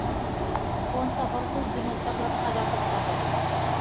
कौन सा फल कुछ दिनों तक रखा जा सकता है?